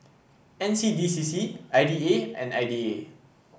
N C D C C I D A and I D A